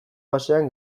basean